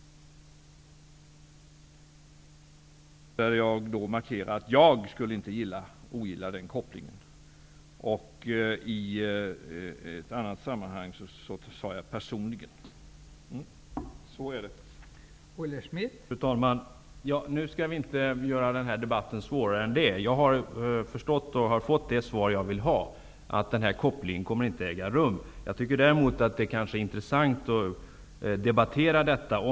Där markerar jag att jag inte skulle ogilla den kopplingen. I ett annat sammanhang använde jag ordet personligen. Så är det!